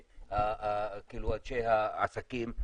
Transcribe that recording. כעסק,